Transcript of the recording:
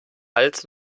als